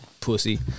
pussy